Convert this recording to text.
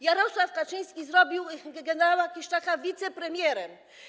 Jarosław Kaczyński zrobił gen. Kiszczaka wicepremierem.